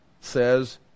says